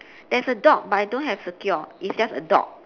there's a dog but I don't have secure it's just a dog